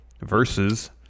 versus